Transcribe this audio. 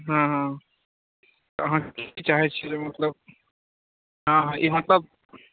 हँ हँ अहाँ की चाहै छी मतलब हँ ई मतलब